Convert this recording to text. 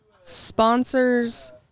sponsors